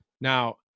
Now